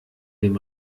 dem